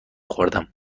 خوردم